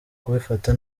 kubifata